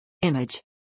Image